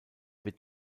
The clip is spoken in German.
wird